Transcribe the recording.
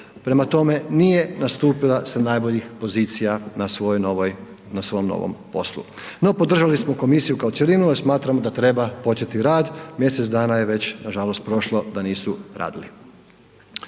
Prema tome, nije nastupila sa najboljih pozicija na svom novom poslu. No podržali smo Komisiju kao cjelinu jer smatramo da treba početi rad, mjesec dana je već nažalost prošlo da nisu radili.